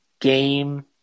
game